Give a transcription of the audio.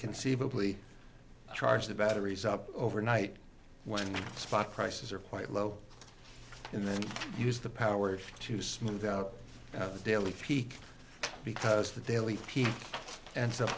conceivably charge the batteries up overnight when the spot prices are quite low and then use the power to smooth out the daily peak because the daily peak and s